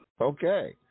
Okay